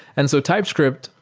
and so typescript,